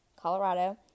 Colorado